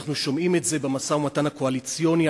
ואנחנו שומעים את זה במשא-ומתן הקואליציוני,